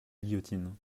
guillotine